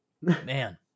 Man